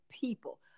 people